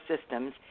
systems